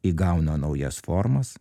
įgauna naujas formas